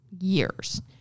years